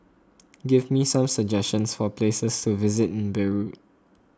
give me some suggestions for places to visit in Beirut